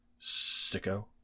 sicko